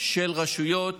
של רשויות